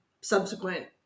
subsequent